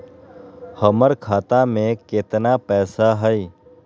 हमर खाता में केतना पैसा हई?